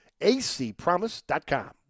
acpromise.com